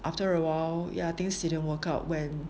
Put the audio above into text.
after awhile ya things didn't work out when